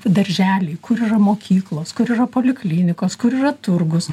darželiai kur yra mokyklos kur yra poliklinikos kur yra turgus